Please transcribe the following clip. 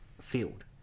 field